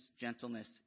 gentleness